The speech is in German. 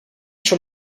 schon